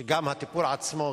שגם הטיפול עצמו,